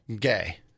Gay